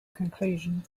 conclusion